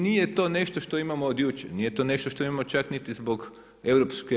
Nije to nešto što imamo od jučer, nije to nešto što imamo čak niti zbog EU.